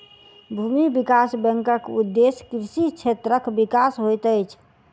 भूमि विकास बैंकक उदेश्य कृषि क्षेत्रक विकास होइत अछि